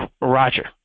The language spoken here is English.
Roger